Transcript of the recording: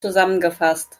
zusammengefasst